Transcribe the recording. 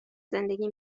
زندگی